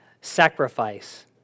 sacrifice